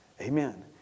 Amen